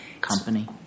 company